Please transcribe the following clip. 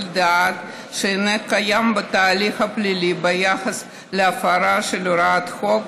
דעת שאיננו קיים בהליך הפלילי ביחס להפרה של הוראות החוק,